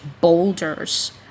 boulders